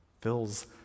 Fills